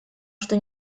что